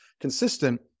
consistent